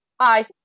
Hi